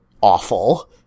awful-